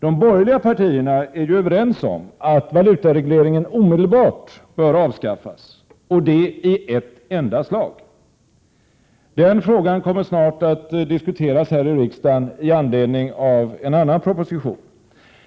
De borgerliga partierna är ju överens om att valutaregleringen omedelbart bör avskaffas och det i ett enda slag. Den frågan kommer att diskuteras här i riksdagen med anledning av en annan proposition.